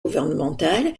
gouvernementale